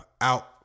out